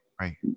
right